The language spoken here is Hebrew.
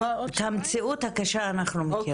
המציאות הקשה אנחנו מכירות.